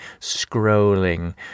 scrolling